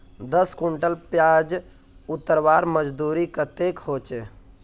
दस कुंटल प्याज उतरवार मजदूरी कतेक होचए?